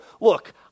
look